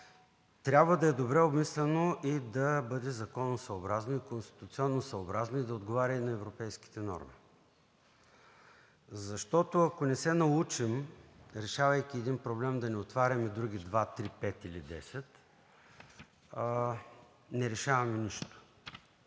трябва да е добре обмислено, да бъде законосъобразно и конституционосъобразно и да отговаря на европейските норми. Ако не се научим, решавайки един проблем, да не отваряме други два, три, пет или десет – не решаваме нищо.